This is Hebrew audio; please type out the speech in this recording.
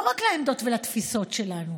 לא רק לעמדות ולתפיסות שלנו.